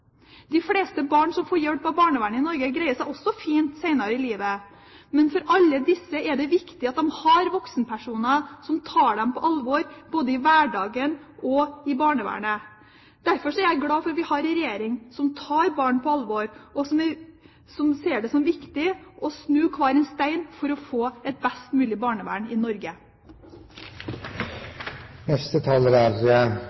De fleste barn som får hjelp av barnevernet i Norge, greier seg også fint senere i livet. Men for alle disse er det viktig at de har voksenpersoner som tar dem på alvor både i hverdagen og i barnevernet. Derfor er jeg glad for at vi har en regjering som tar barn på alvor, og som ser det som viktig å snu hver stein for å få et best mulig barnevern i